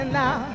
now